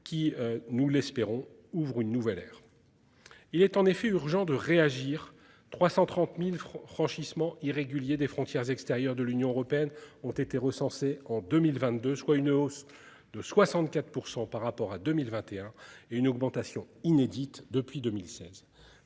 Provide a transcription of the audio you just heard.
qui nous l'espérons ouvre une nouvelle ère. Il est en effet urgent de réagir. 330.000 francs franchissement irrégulier des frontières extérieures de l'Union européenne ont été recensés en 2022, soit une hausse de 64% par rapport à 2021 et une augmentation inédite depuis 2016,